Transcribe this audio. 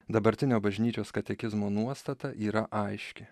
dabartinio bažnyčios katekizmo nuostata yra aiški